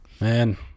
Man